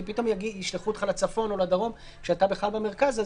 כי פתאום ישלחו אותך לצפון או לדרום כשאתה בכלל במרכז.